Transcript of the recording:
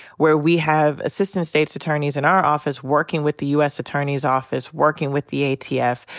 where we have assistant state's attorneys in our office working with the u. s. attorney's office, working with the a. t. f.